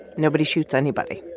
nobody shoots anybody